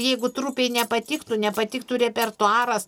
jeigu trupėj nepatiktų nepatiktų repertuaras